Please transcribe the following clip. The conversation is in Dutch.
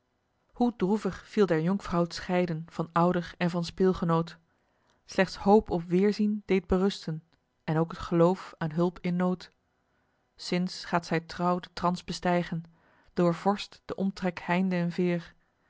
hoe droevig viel der jonkvrouw t scheiden van ouder en van speelgenoot slechts hoop op weerzien deed berusten en ook t geloof aan hulp in nood sinds gaat zij trouw den trans bestijgen doorvorscht den omtrek heinde en veer